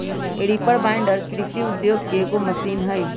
reaper binder कृषि उद्योग के एगो मशीन हई